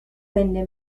venne